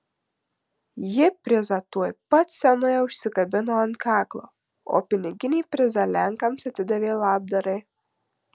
ji prizą tuoj pat scenoje užsikabino ant kaklo o piniginį prizą lenkams atidavė labdarai